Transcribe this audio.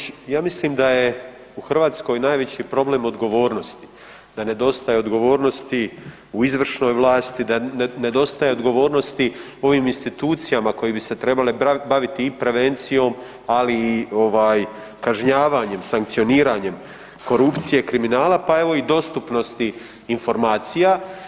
Kolegice Orešković, ja mislim da je u Hrvatskoj najveći problem odgovornosti, da nedostaje odgovornosti u izvršnoj vlasti, da nedostaje odgovornosti u ovim institucijama koje bi se trebale baviti i prevencijom, ali i kažnjavanjem, sankcioniranjem korupcije, kriminala pa evo i dostupnosti informacija.